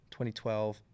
2012